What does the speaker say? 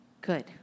Good